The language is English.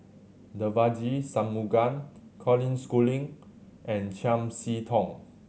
Devagi Sanmugam Colin Schooling and Chiam See Tong